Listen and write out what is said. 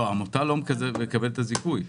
לא, העמותה לא מקבלת את הזיכוי.